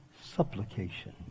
supplication